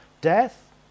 Death